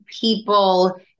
people